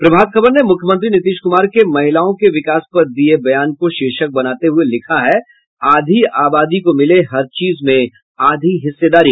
प्रभात खबर ने मुख्यमंत्री नीतीश कुमार के महिलाओं के विकास पर दिये गये बयान को शीर्षक बनाते हुये लिखा है आधी आबादी को मिले हर चीज में आधी हिस्सेदारी